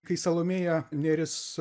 kai salomėja nėris